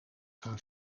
gaan